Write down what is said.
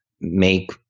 make